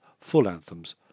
full-anthems